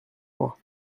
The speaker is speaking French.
moi